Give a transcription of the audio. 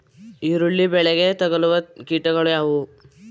ಈರುಳ್ಳಿ ಬೆಳೆಗೆ ತಗಲುವ ಕೀಟಗಳು ಯಾವುವು?